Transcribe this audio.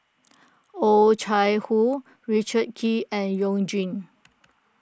Oh Chai Hoo Richard Kee and You Jin